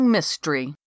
Mystery